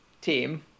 team